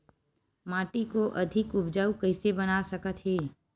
माटी को अधिक उपजाऊ कइसे बना सकत हे?